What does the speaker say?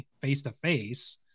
face-to-face